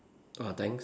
err thanks